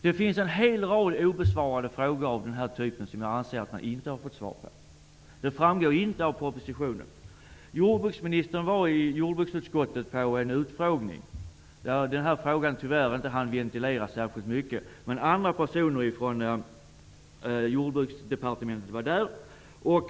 Det finns en hel rad av frågor av denna typ som jag anser att vi inte har fått svar på. Det framgår inte något i propositionen. Jordbruksministern var inbjuden till utskottet på en utfrågning. Den här frågan hann tyvärr inte ventileras särskilt mycket. Men andra personer från Jordbruksdepartementet var där.